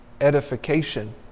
edification